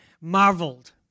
marveled